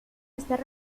estar